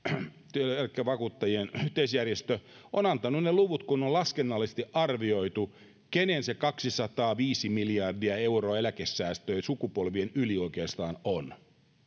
työeläkevakuuttajien yhteisjärjestö on antanut ne luvut kun on laskennallisesti arvioitu kenen se kaksisataaviisi miljardia euroa eläkesäästöjä sukupolvien yli oikeastaan on